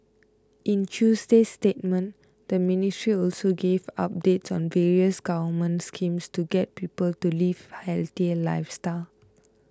in Tuesday's statement the ministry also gave updates on various government schemes to get people to live healthier lifestyles